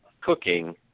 cooking